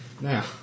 Now